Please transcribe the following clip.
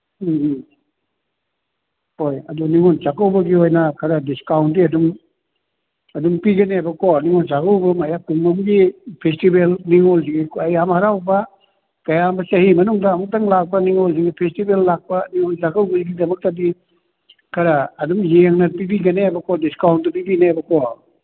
ꯎꯝ ꯎꯝ ꯍꯣꯏ ꯑꯗꯨ ꯅꯤꯡꯉꯣꯜ ꯆꯥꯛꯀꯧꯕꯒꯤ ꯑꯣꯏꯅ ꯈꯔ ꯗꯤꯁꯀꯥꯎꯟꯗꯤ ꯑꯗꯨꯝ ꯑꯗꯨꯝ ꯄꯤꯒꯅꯦꯕꯀꯣ ꯅꯤꯡꯉꯣꯜ ꯆꯥꯛꯀꯧꯕ ꯀꯨꯝ ꯑꯃꯒꯤ ꯐꯦꯁꯇꯤꯚꯦꯜ ꯅꯤꯡꯉꯣꯜꯁꯤꯡꯒꯤ ꯈꯋꯥꯏ ꯌꯥꯝ ꯍꯔꯥꯎꯕ ꯀꯌꯥ ꯆꯍꯤ ꯑꯃꯒꯤ ꯃꯅꯨꯡꯗ ꯑꯃꯨꯛꯇꯪ ꯂꯥꯛꯄ ꯅꯤꯡꯉꯣꯜꯁꯤꯡꯒꯤ ꯐꯦꯁꯇꯤꯚꯦꯜ ꯂꯥꯛꯄ ꯅꯤꯡꯉꯣꯜ ꯆꯥꯛꯀꯧꯕꯒꯤꯗꯃꯛꯇꯗꯤ ꯈꯔ ꯑꯗꯨꯝ ꯌꯦꯡꯅ ꯄꯤꯕꯤꯒꯅꯦꯕꯀꯣ ꯗꯤꯁꯀꯥꯎꯟꯗꯨ ꯄꯤꯕꯤꯅꯦꯕꯀꯣ